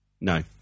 No